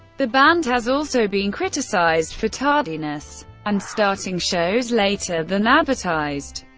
the band has also been criticized for tardiness and starting shows later than advertised.